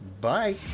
Bye